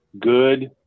good